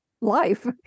life